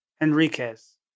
Enriquez